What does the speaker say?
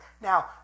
Now